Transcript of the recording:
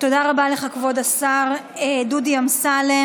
תודה רבה לך, כבוד השר דודי אמסלם.